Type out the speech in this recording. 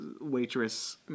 waitress